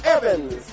Evans